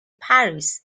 paris